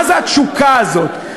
מה זה התשוקה הזאת?